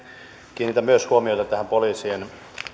kiinnitän myös huomiota tähän poliisien